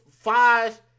five